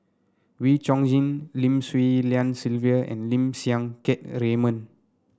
Wee Chong Jin Lim Swee Lian Sylvia and Lim Siang Keat Raymond